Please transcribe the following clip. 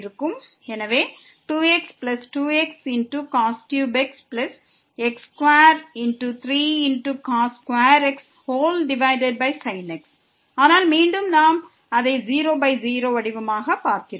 எனவே 2x2xx x23x sin x ஆனால் மீண்டும் நாம் அதை 0 பை 0 வடிவமாக பார்க்கிறோம்